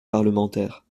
parlementaire